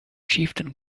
chieftain